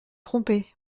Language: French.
tromper